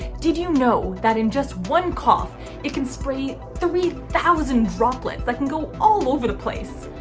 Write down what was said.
did you know that in just one cough it can spray three thousand droplets that can go all over the place.